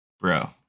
Bro